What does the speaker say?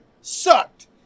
sucked